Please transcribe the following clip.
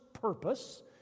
purpose